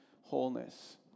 wholeness